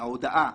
"ההודאה",